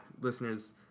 listeners